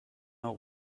know